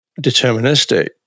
deterministic